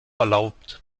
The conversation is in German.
erlaubt